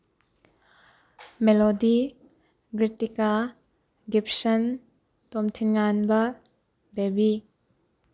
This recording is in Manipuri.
ꯃꯦꯂꯣꯗꯤ ꯒ꯭ꯔꯤꯇꯤꯀꯥ ꯒꯤꯞꯁꯟ ꯇꯣꯝꯊꯤꯟꯉꯥꯟꯕ ꯕꯦꯕꯤ